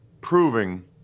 proving